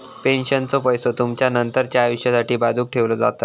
पेन्शनचो पैसो तुमचा नंतरच्या आयुष्यासाठी बाजूक ठेवलो जाता